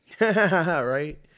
Right